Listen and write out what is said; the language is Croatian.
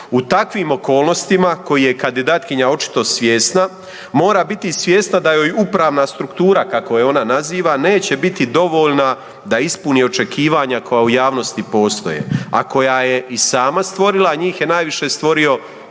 U takvim okolnostima koje je kandidatkinja očito svjesna, mora biti svjesna da joj uprava struktura kako je ona naziva, neće biti dovoljna da ispuni očekivanja koja u javnosti postoje a koja je i sama stvorila, njih je najviše stvorio